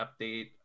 update